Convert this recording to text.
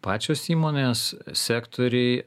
pačios įmonės sektoriai